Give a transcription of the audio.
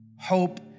hope